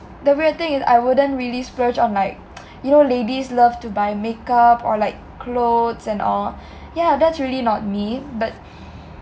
the weird thing is I wouldn't really splurge on like you know ladies love to buy makeup or like clothes and all yeah that's really not me but